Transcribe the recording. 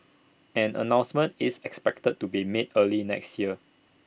an announcement is expected to be made early next year